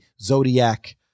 zodiac